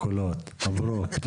פה אחד.